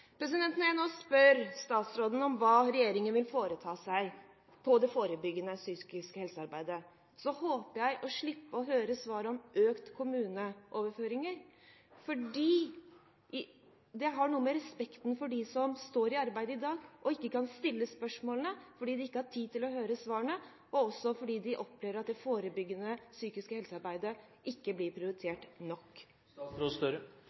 Når jeg nå spør statsråden om hva regjeringen vil foreta seg på det forebyggende psykiske helsearbeidet, håper jeg å slippe å høre svaret om økte kommuneoverføringer fordi det har noe med respekten for de som står i arbeidet i dag å gjøre, som ikke kan stille spørsmålene fordi de ikke har tid til å høre svarene, og fordi de opplever at det forebyggende psykiske helsearbeidet ikke blir